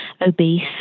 obese